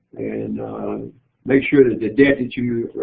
and make sure that the damage you